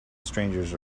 strangers